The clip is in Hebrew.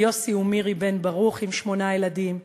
יוסי ומירי בן ברוך עם שמונה ילדים,